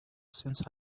since